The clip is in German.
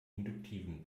induktiven